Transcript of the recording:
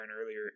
earlier